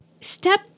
Step